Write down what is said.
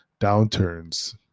downturns